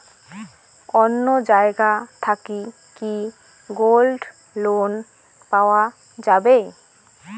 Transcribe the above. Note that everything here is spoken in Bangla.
অন্য জায়গা থাকি কি গোল্ড লোন পাওয়া যাবে?